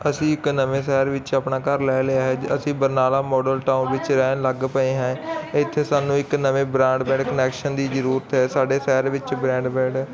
ਅਸੀਂ ਇੱਕ ਨਵੇਂ ਸ਼ਹਿਰ ਵਿੱਚ ਆਪਣਾ ਘਰ ਲੈ ਲਿਆ ਹੈ ਅਸੀਂ ਬਰਨਾਲਾ ਮਾਡਲ ਟਾਊਨ ਵਿੱਚ ਰਹਿਣ ਲੱਗ ਪਏ ਹੈ ਇੱਥੇ ਸਾਨੂੰ ਇੱਕ ਨਵੇਂ ਬਰੋਡਬੈਂਡ ਕਨੈਕਸ਼ਨ ਦੀ ਜਰੂਰਤ ਹੈ ਸਾਡੇ ਸ਼ਹਿਰ ਵਿੱਚ ਬਰੋਡਬੈਂਡ